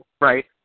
Right